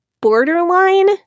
borderline